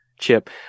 chip